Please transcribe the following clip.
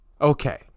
Okay